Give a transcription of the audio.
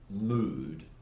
mood